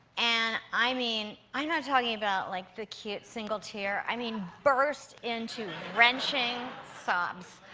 and, i mean i'm not talking about like the cute single tear. i mean burst into wrenching sobs,